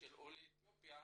של עולי אתיופיה,